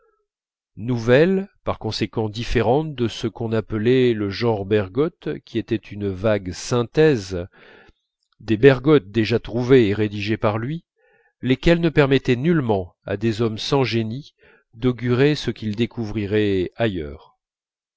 nouvelle par conséquent différente de ce qu'on appelait le genre bergotte qui était une vague synthèse des bergotte déjà trouvés et rédigés par lui lesquels ne permettaient nullement à des hommes sans génie d'augurer ce qu'il découvrirait ailleurs